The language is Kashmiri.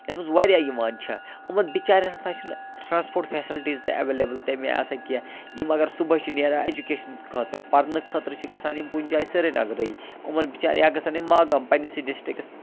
یَتھ مَنٛز واریاہ یِوان چھِ یِمن بِچارٮ۪ن ہَسا چھِنہٕ ٹرانَسپوٹ فیسَلٹیز تہِ ایٚولیبٕل تَمہِ آیہِ آسان کیٚنٛہہ یِم اگر صبحٲے چھِ نیران ایٚجوکیشَن خٲطرٕ پَرنہٕ خٲطرٕ چھِ گَژھان یِم کُنہِ جٲے سِرینگرٕے اُمَن بِچارٮ۪ن یا گَژھَن یِم ماگَم پَننِسٕے ڈِسٹرٕکَس